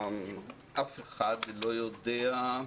-- אף אחד לא יודע,